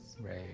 Right